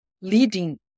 leading